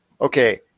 okay